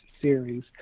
series